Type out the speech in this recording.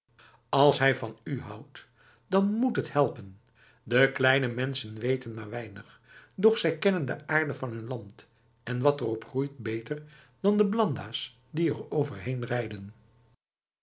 als hij van u houdt dan moet het helpen de kleine mensen weten maar weinig doch zij kennen de aarde van hun land en wat erop groeit beter dan de blanda's die er overheen rijden